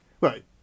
Right